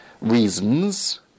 reasons